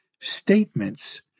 Statements